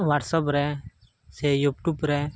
WhatsApp ᱨᱮ ᱥᱮ YouTube ᱨᱮ